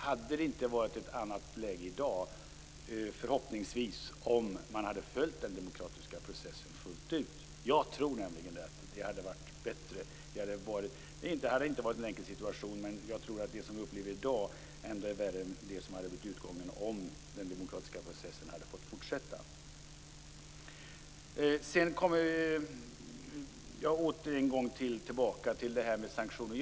Hade det inte varit ett annat läge i dag, förhoppningsvis, om man hade följt den demokratiska processen fullt ut? Jag tror nämligen att det hade varit bättre. Det hade inte varit en enkel situation, men jag tror ändå att det som händer i dag är värre än det som hade blivit utgången om den demokratiska processen hade fått fortsätta. Jag återgår återigen till detta med sanktioner.